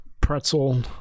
pretzel